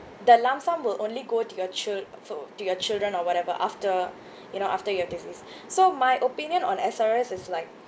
the lump sum will only go to your chil~ fo~ to your children or whatever after you know after you have deceased so my opinion on S_R_S is like